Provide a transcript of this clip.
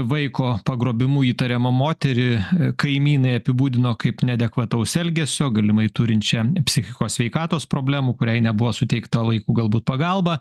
vaiko pagrobimu įtariamą moterį kaimynai apibūdino kaip neadekvataus elgesio galimai turinčią psichikos sveikatos problemų kuriai nebuvo suteikta laiku galbūt pagalba